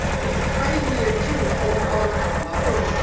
it's cutting me in two! oh, mother! mother!